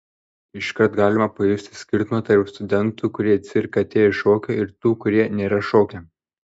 iškart galima pajusti skirtumą tarp studentų kurie į cirką atėjo iš šokio ir tų kurie nėra šokę